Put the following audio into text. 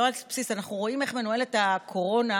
ואנחנו רואים איך מנוהלת הקורונה,